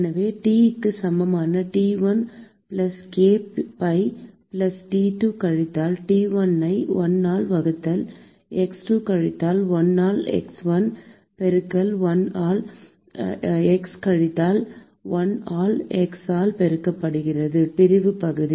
எனவே T க்கு சமமான T1 plus k pi plus T2 கழித்தல் T1 ஐ 1 ஆல் வகுத்தல் x2 கழித்தல் 1 ஆல் x 1 பெருக்கல் 1 ஆல் x கழித்தல் 1 ஆல் x 1 ஆல் பெருக்கப்படுகிறது பிரிவு பகுதி